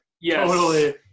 yes